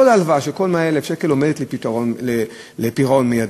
כל ההלוואה של כל 100,000 השקל עומדת לפירעון מיידי.